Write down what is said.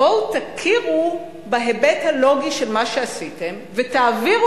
בואו תכירו בהיבט הלוגי של מה שעשיתם ותעבירו